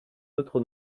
autre